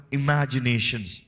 imaginations